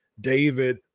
David